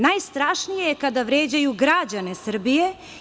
Najstrašnije je kad vređaju građane Srbije.